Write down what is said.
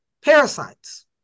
parasites